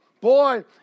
Boy